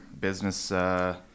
Business